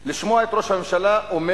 לשמוע את ראש הממשלה אומר